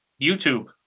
YouTube